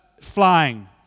flying